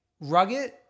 Rugged